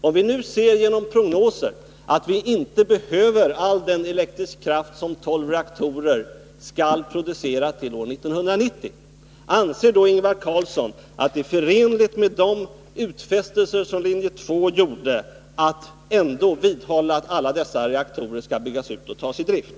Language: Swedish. Om vi nu ser av prognoser att vi inte behöver all den elektriska kraft som tolv reaktorer skall producera till år 1990, vill jag fråga: Anser Ingvar Carlsson att det ändå är förenligt med de utfästelser som linje 2 gjorde att vidhålla att alla dessa reaktorer skall byggas ut och tas i drift?